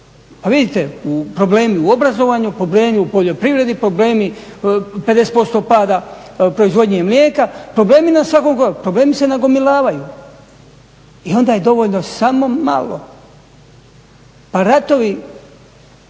Pa vidite, problemi u obrazovanju, problemi u poljoprivredi, 50% pada proizvodnje mlijeka, problemi na svakom koraku, problemi se nagomilavaju i onda je dovoljno samo malo. Pa ratovi